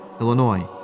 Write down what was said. Illinois